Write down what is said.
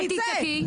אני לא מבינה.